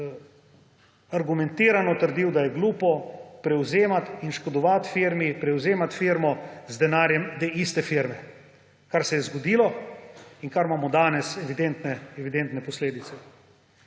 argumentirano trdil, da je glupo prevzemati in škodovati firmi, prevzemati firmo z denarjem te iste firme, kar se je zgodilo in kar imamo danes evidentne posledice.